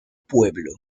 pueblo